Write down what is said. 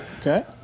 Okay